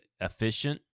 efficient